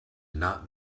not